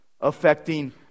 affecting